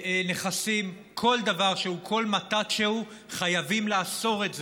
נכסים, כל דבר שהוא מתן שהוא, חייבים לאסור את זה.